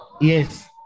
Yes